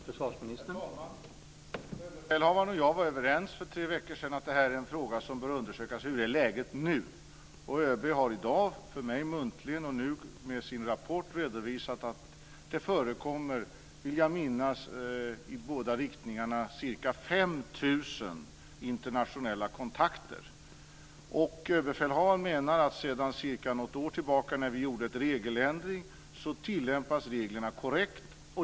Herr talman! Överbefälhavaren och jag var överens för tre veckor sedan om att det här vara en fråga som bör undersökas vad gäller läget nu. ÖB har i dag för mig muntligen och med sin rapport redovisat att det förekommer, vill jag minnas, i båda riktningarna ca 5 000 internationella kontakter. Överbefälhavaren menar att sedan cirka något år tillbaka när vi gjorde en regeländring tillämpas reglerna korrekt.